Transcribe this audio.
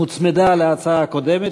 שהוצמדה להצעה הקודמת,